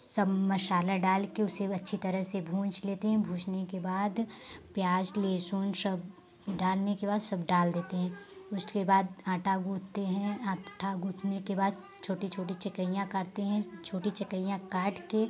सब मसाला डाल के उसे अच्छी तरह से भूँज लेते हैं भूजने के बाद प्याज लहसुन सब डालने के बाद सब डाल देते हैं उसके बाद आटा गूथते हैं आटा गूथने के बाद छोटी छोटी चकइयाँ काटते हैं छोटी चकइयाँ काट के